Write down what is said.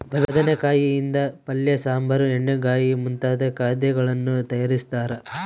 ಬದನೆಕಾಯಿ ಯಿಂದ ಪಲ್ಯ ಸಾಂಬಾರ್ ಎಣ್ಣೆಗಾಯಿ ಮುಂತಾದ ಖಾದ್ಯಗಳನ್ನು ತಯಾರಿಸ್ತಾರ